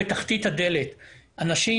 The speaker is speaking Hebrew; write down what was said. ביום שבו קיבלתי את גזר דיני חזרתי לתא המעבר,